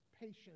patience